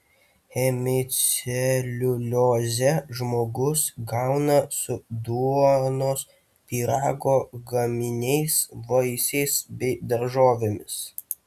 hemiceliuliozę žmogus gauna su duonos pyrago gaminiais vaisiais bei daržovėmis